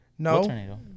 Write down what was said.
No